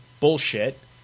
bullshit